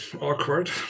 awkward